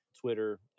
Twitter